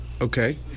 Okay